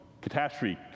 catastrophe